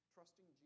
Trusting